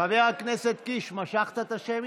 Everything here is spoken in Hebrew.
חבר הכנסת קיש, משכת את השמית?